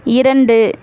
இரண்டு